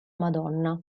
madonna